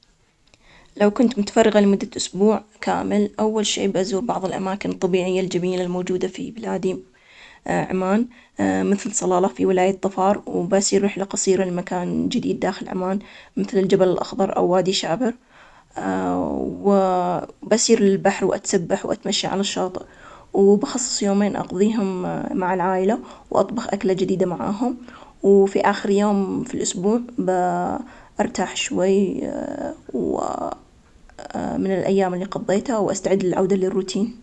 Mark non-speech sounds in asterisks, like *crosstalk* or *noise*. لو كنت متفرغة لمدة أسبوع كامل، أول شي بزور بعض الأماكن الطبيعية الجميلة الموجودة في بلادي عمان، مثل صلالة في ولاية طفار وبس، ورحلة قصيرة لمكان جديد داخل الأمان، مثل الجبل الأخضر أو وادي شابر. *hesitation* وبصير البحر، وأتسبح، وأتمشى على الشاطئ، وبخصص يومين أقضيهم مع العائلة، وأطبخ أكلة جديدة معاهم. وفي آخر يوم في الأسبوع برتاح شوي، *hesitation* ومن الأيام اللي قضيتها وأستعد للعودة للروتين.